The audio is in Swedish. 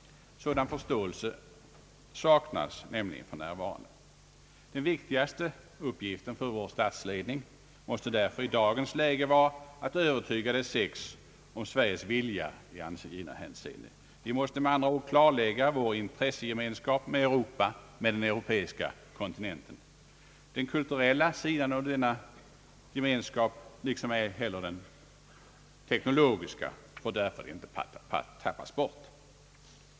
Sådan förståelse saknas för närvarande. Den viktigaste uppgiften för vår statsledning måste därför i dagens läge vara att övertyga De sex om Sveriges vilja i angivna hänseende. Vi måste med andra ord klarlägga vår intressegemenskap med Europa, med den europeiska kontinenten. Den kulturella sidan av denna gemenskap får därvid icke tappas bort — liksom ej heller den teknologiska.